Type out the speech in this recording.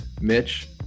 Mitch